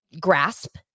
grasp